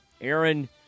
Aaron